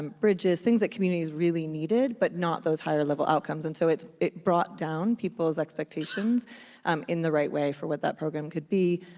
um bridges, things that communities really needed, but not those higher level outcomes, and so it brought down people's expectations um in the right way for what that program could be.